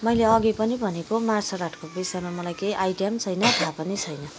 मैले अघि पनि भनेको मार्सल आर्टको विषयमा मलाई केही आइडिया पनि छैन था पनि छैन